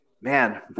Man